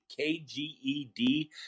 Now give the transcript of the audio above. KGED